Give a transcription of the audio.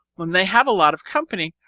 when they have a lot of company,